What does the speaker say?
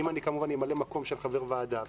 אם כמובן אני אמלא מקום של חבר ועדה.